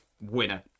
winner